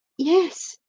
yes,